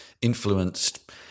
influenced